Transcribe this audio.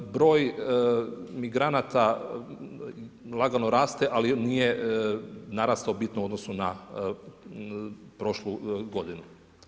Broj migranata lagano raste ali nije narastao bitno u odnosu na prošlu godinu.